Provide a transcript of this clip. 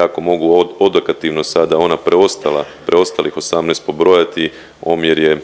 ako mogu odokativno sada ona preostala, preostalih 18 pobrojati omjer je